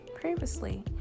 previously